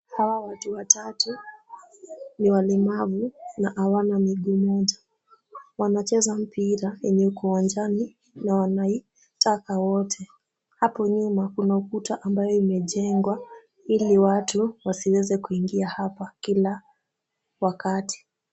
Hawa watu watatu ni walemavu na hawana miguu moja. Wanacheza mpira yenye iko uwanjani na wanaitaka wote. Hapo nyuma kuna ukuta ambayo imejengwa ili watu wasiweze kuingia hapa kila wakati.